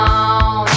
on